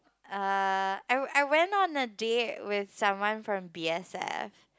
uh I we~ I went on a date with someone from B_S_F